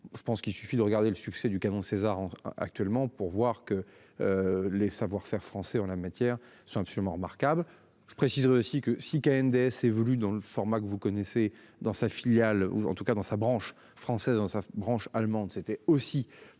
je pense qu'il suffit de regarder le succès du canon Caesar actuellement pour voir que. Les savoir-faire français en la matière sont absolument remarquables. Je précise aussi que si cas NDS évolue dans le format que vous connaissez dans sa filiale ou en tout cas dans sa branche française dans sa branche allemande, c'était aussi